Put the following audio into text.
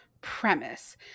premise